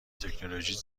تکنولوژی